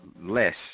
less